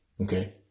Okay